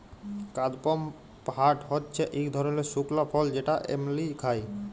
কাদপমহাট হচ্যে ইক ধরলের শুকলা ফল যেটা এমলি খায়